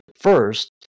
first